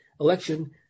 election